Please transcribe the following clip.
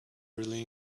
really